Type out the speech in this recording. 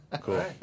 cool